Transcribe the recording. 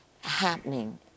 happening